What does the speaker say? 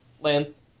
Lance